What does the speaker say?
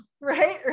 right